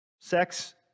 Sex